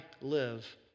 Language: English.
live